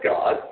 God